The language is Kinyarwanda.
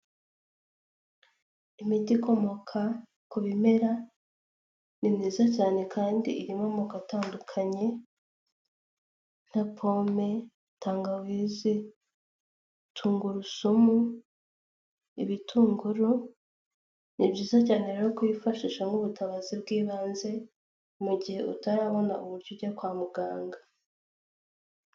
Imiti ikomoka ku bimera, ni myiza cyane kandi irimo amoko atandukanye, nka pome, tangawizi, tungurusumu, ibitunguru, ni byiza cyane rero kuyifashisha nk'ubutabazi bw'ibanze mu gihe utarabona uburyo ujya kwa muganga.